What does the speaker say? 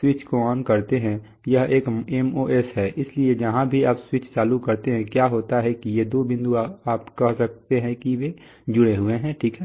switch को on करते है यह एक MOS है इसलिए जहां भी आप स्विच चालू करते हैं क्या होता है कि ये दो बिंदु आप कह सकते हैं कि वे जुड़े हुए हैं ठीक है